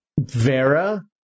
vera